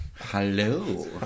Hello